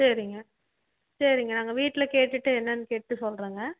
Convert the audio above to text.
சரிங்க சரிங்க நாங்கள் வீட்டில கேட்டுட்டு என்னன்னு கேட்டுட்டு சொல்கிறேங்க